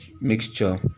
mixture